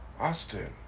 Austin